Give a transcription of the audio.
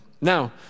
Now